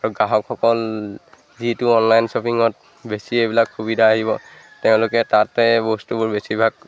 আৰু গ্ৰাহকসকল যিটো অনলাইন শ্বপিঙত বেছি এইবিলাক সুবিধা আহিব তেওঁলোকে তাতে বস্তুবোৰ বেছিভাগ